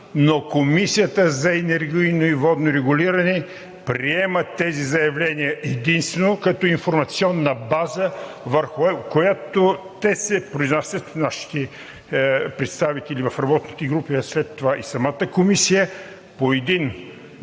но Комисията за енергийно и водно регулиране приема тези заявления единствено като информационна база, върху която те се произнасят – нашите представители в работните групи, а след това и самата Комисия по един напълно